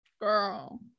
girl